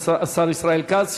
השר ישראל כץ.